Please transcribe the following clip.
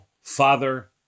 father